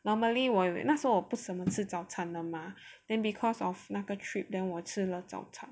normally 我以为那时候我不怎么吃早餐的嘛 then because of 那个 trip then 我吃了早餐